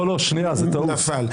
הצבעה לא אושרה נפל.